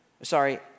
sorry